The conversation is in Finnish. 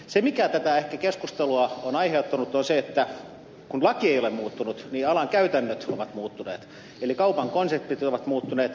se mikä tätä keskustelua ehkä on aiheuttanut on se että kun laki ei ole muuttunut niin alan käytännöt ovat muuttuneet eli kaupan konseptit ovat muuttuneet